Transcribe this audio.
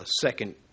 second